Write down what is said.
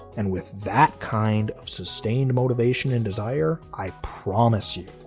and with that kind of sustained motivation and desire, i promise you,